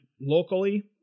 locally